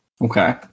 Okay